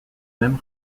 même